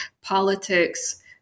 politics